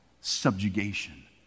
subjugation